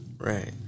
Right